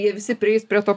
jie visi prieis prie to